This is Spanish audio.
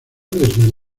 desde